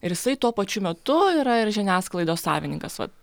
ir jisai tuo pačiu metu yra ir žiniasklaidos savininkas vat